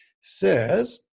says